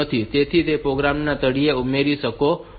તેથી તમે તેને પ્રોગ્રામ ના તળિયે ઉમેરી શકો છો